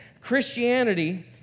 Christianity